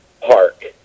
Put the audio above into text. park